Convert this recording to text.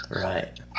right